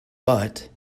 but